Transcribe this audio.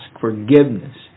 forgiveness